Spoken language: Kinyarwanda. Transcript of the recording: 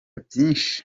byinshi